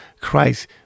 Christ